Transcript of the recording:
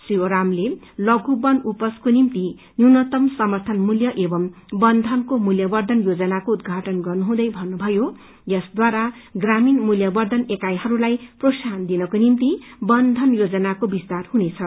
श्री ओरामले लघु बन उपजको निम्ति न्यूनतम समर्थन मूल्य एंव बन धनको मूल्यवर्धन योजनाको उदघाटन गर्नुहुँदै भन्नुभयो यसद्वारा ग्रामीण मूल्यवधन्र एकाईहरूलाई प्रोत्साहन दिनको निम्ति बन धन योजनाको विस्तार हुनेछ